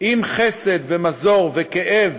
אם חסד ומזור וכאב